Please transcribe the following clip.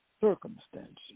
circumstances